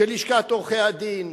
של לשכת עורכי-הדין,